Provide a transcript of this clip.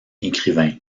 écrivain